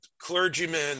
clergymen